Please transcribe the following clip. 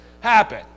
happen